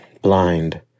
blind